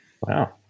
Wow